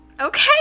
Okay